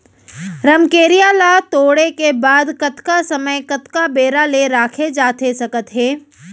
रमकेरिया ला तोड़े के बाद कतका समय कतका बेरा ले रखे जाथे सकत हे?